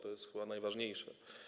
To jest chyba najważniejsze.